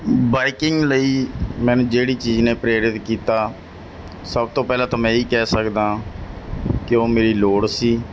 biking ਲਈ ਮੈਨੂੰ ਜਿਹੜੀ ਚੀਜ਼ ਨੇ ਪ੍ਰੇਰਿਤ ਕੀਤਾ ਸਭ ਤੋਂ ਪਹਿਲਾਂ ਤਾਂ ਮੈਂ ਇਹੀ ਕਹਿ ਸਕਦਾ ਕਿ ਉਹ ਮੇਰੀ ਲੋੜ ਸੀ